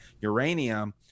uranium